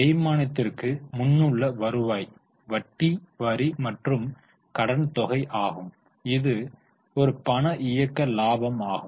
தேய்மானத்திற்கு முன்னுள்ள வருவாய் வட்டி வரி மற்றும் கடன் தொகை ஆகும் இது ஒரு பண இயக்க லாபம் ஆகும்